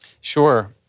Sure